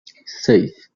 seis